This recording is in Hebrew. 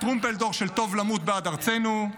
טרומפלדור של "טוב למות בעד ארצנו";